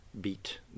beat